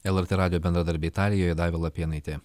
lrt radijo bendradarbė italijoje daiva lapėnaitė